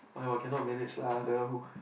!aiyo! cannot manage lah then who